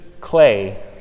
clay